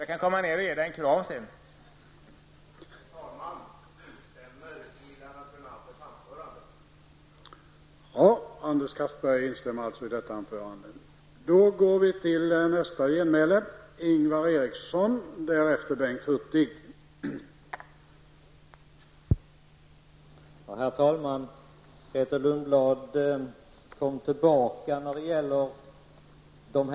Men sedan kan jag komma bort till dig, Grethe, och ge dig en kram.